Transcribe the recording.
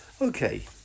Okay